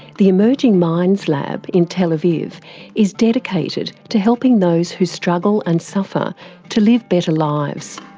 the observing minds lab in tel aviv is dedicated to helping those who struggle and suffer to live better lives.